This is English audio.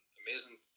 amazing